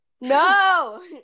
No